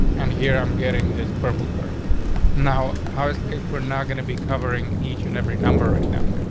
and here i'm getting this purple car now, i was we're not going to be covering each and every number right now,